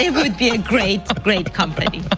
ah but would be a great, great company.